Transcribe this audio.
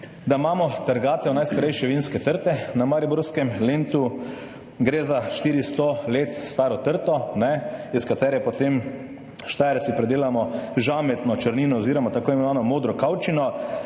da imamo trgatev najstarejše vinske trte na mariborskem Lentu. Gre za 400 let staro trto, iz katere potem Štajerci predelamo žametno črnino oziroma tako imenovano modro kavčino.